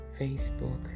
Facebook